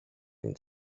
την